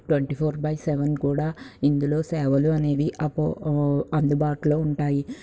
twenty four by seven కూడా ఇందులో సేవలు అనేవి అపో అందుబాటులో ఉంటాయి